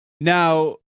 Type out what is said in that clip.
Now